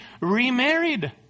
remarried